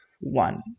one